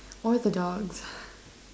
or the dogs